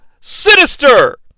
sinister